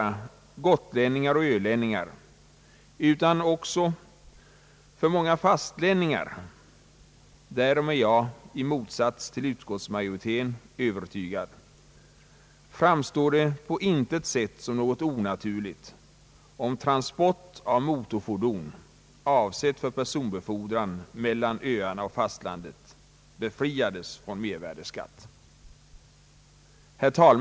I motsats till utskottsmajoriteten är jag övertygad om att det på intet sätt skulle framstå som något onaturligt vare sig för gotlänningar, ölänningar eller fastlandsbor om transport av motorfordon, avsett för personbefordran, mellan öarna och fastlandet befriades från mervärdeskatt. Herr talman!